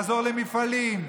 לעזור למפעלים,